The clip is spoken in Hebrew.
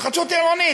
התחדשות עירונית,